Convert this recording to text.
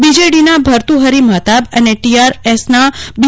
બીજેડીના ભતુ ંહરિ મહતાબ અને ટીઆરએસના બી